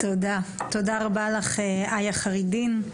תודה רבה לך איה חיראדין,